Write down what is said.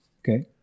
Okay